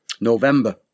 November